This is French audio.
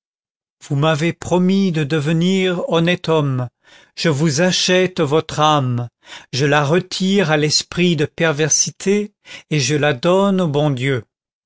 vous m'avez promis de devenir honnête homme je vous achète votre âme je la retire à l'esprit de perversité et je la donne au bon dieu